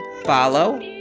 Follow